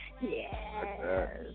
Yes